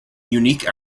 unique